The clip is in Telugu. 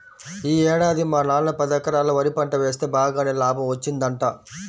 యీ ఏడాది మా నాన్న పదెకరాల్లో వరి పంట వేస్తె బాగానే లాభం వచ్చిందంట